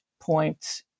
point